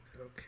okay